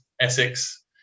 Essex